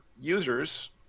users